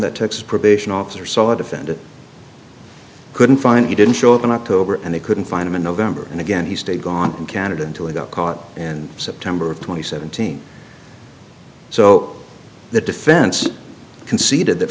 that texas probation officer saw a defendant couldn't find he didn't show up in october and they couldn't find him in november and again he stayed gone in canada until i got caught and september twenty seventeen so the defense conceded that